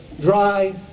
dry